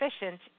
efficient